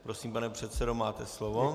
Prosím, pane předsedo, máte slovo.